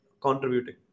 contributing